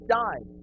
died